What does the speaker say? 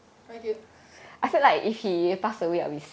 quite cute